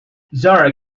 zora